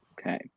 okay